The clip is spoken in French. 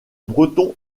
breton